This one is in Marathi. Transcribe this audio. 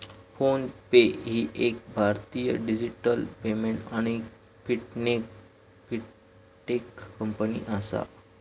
फोन पे ही एक भारतीय डिजिटल पेमेंट आणि फिनटेक कंपनी आसा